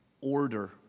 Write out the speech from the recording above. order